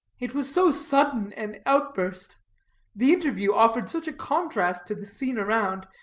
it was so sudden an outburst the interview offered such a contrast to the scene around,